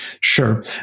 Sure